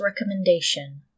recommendation